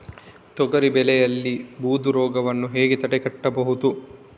ತೊಗರಿ ಬೆಳೆಯಲ್ಲಿ ಬೂದು ರೋಗವನ್ನು ಹೇಗೆ ತಡೆಗಟ್ಟಬಹುದು?